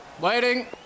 waiting